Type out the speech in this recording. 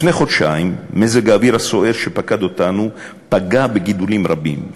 לפני חודשיים מזג האוויר הסוער שפקד אותנו פגע בגידולים רבים,